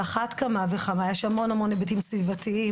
על אחת כמה וכמה - יש המון היבטים סביבתיים